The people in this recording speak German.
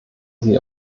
sie